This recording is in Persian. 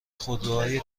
خودروهای